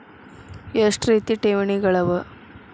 ಎಷ್ಟ ರೇತಿ ಠೇವಣಿಗಳ ಅವ?